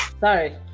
sorry